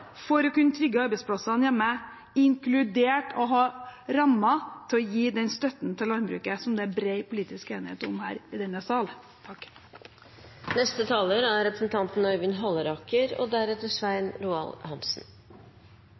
for å kunne trygge arbeidsplassene hjemme – inkludert å ha rammer til å gi den støtten til landbruket som det er bred politisk enighet om her i denne sal?